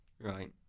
Right